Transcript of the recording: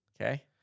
Okay